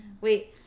wait